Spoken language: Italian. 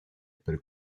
per